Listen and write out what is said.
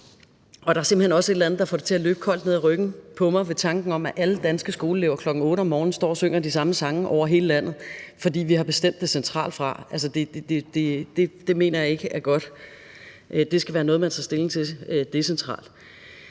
dag. Der er simpelt hen også et eller andet, der får det til at løbe koldt ned ad ryggen på mig, ved tanken om, at alle danske skoleelever kl. 8.00 om morgenen står og synger de samme sange over hele landet, fordi vi har bestemt det fra centralt hold. Det mener jeg ikke er godt. Det skal være noget, man tager stilling til decentralt.